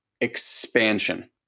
expansion